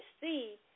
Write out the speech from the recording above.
see